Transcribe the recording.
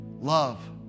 Love